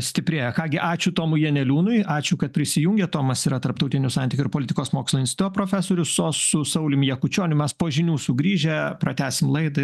stiprėja ką gi ačiū tomui janeliūnui ačiū kad prisijungė tomas yra tarptautinių santykių ir politikos mokslų instituto profesorius o su saulium jakučioniu mes po žinių sugrįžę pratęsim laidą ir